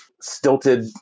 stilted